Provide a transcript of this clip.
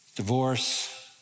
Divorce